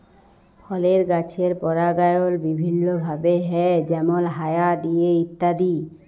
ফলের গাছের পরাগায়ল বিভিল্য ভাবে হ্যয় যেমল হায়া দিয়ে ইত্যাদি